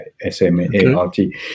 S-M-A-R-T